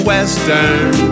Western